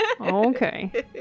Okay